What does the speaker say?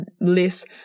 less